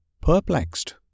perplexed